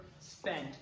spent